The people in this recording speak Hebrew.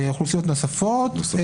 אוכלוסיות נוספות.